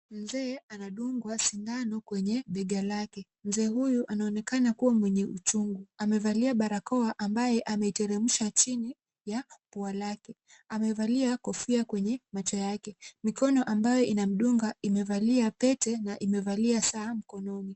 Mzee anadungwa sindano kwenye bega lake. Mzee huyu anaonekana kuwa mwenye uchungu. Amevalia barakoa ambayo ameiteremsha chini ya pua lake. Amevalia kofia kwenye macho yake. Mikono ambayo inamdunga imevalia pete na imevalia saa mkononi.